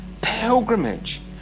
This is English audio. pilgrimage